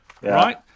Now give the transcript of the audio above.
Right